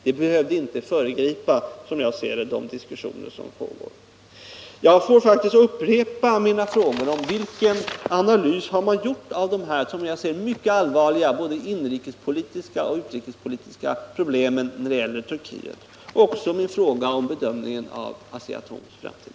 Det skulle, enligt min mening, inte behöva föregripa de diskussioner som pågår. Jag får faktiskt lov att upprepa min fråga om vilken analys man har gjort av de, som jag ser det, mycket allvarliga både inrikespolitiska och utrikespolitiska problemen när det gäller Turkiet, liksom min fråga om bedömningen av Asea-Atoms framtid.